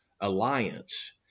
alliance